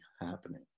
happening